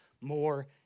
more